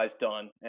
done